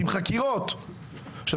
לא